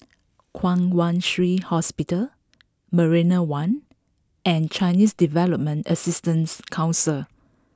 Kwong Wai Shiu Hospital Marina One and Chinese Development Assistance Council